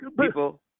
people